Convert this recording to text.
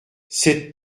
c’est